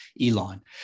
Elon